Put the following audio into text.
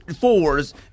fours